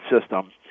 system